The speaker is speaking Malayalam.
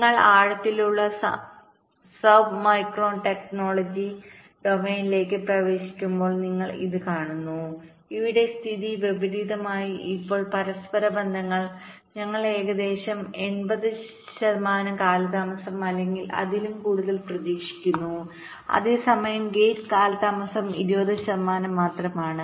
നിങ്ങൾ ആഴത്തിലുള്ള സബ്മിക്രോൺ ടെക്നോളജിഡൊമെയ്നിലേക്ക് പ്രവേശിക്കുമ്പോൾ നിങ്ങൾ ഇന്ന് കാണുന്നു ഇവിടെ സ്ഥിതി വിപരീതമായി ഇപ്പോൾ പരസ്പരബന്ധത്തിൽ ഞങ്ങൾ ഏകദേശം 80 ശതമാനം കാലതാമസം അല്ലെങ്കിൽ അതിലും കൂടുതൽ പ്രതീക്ഷിക്കുന്നു അതേസമയം ഗേറ്റ് കാലതാമസം 20 ശതമാനം മാത്രമാണ്